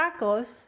tacos